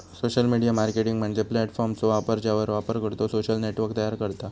social media marketing म्हणजे प्लॅटफॉर्मचो वापर ज्यावर वापरकर्तो सोशल नेटवर्क तयार करता